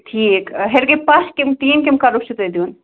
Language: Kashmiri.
ٹھیٖک ہیٚرِ گٔے پَہ کِم تیٖم کِم کَرو چھُو تۄہہِ دیُن